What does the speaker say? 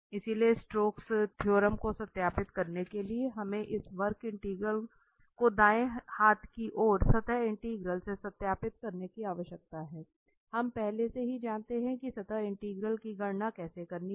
इसलिए Stokes theorem को सत्यापित करने के लिए हमें इस वक्र इंटीग्रल को दाएं हाथ की ओर सतह इंटीग्रल से सत्यापित करने की आवश्यकता है हम पहले से ही जानते हैं कि सतह इंटीग्रल की गणना कैसे करनी है